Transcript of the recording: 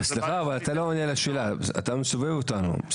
עונה לשאלה, אתה מסובב אותנו.